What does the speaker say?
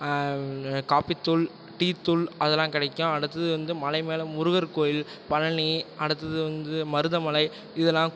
காபித்தூள் டீத்தூள் அதெல்லாம் கிடைக்கும் அடுத்தது வந்து மலை மேல் முருகர் கோயில் பழனி அடுத்தது வந்து மருதமலை இதெல்லாம்